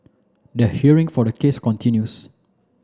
the hearing for the case continues